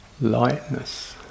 lightness